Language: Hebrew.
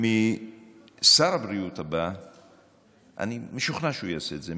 אני משוכנע ששר הבריאות הבא יעשה את זה,